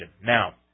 Now